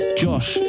josh